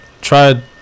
tried